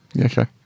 Okay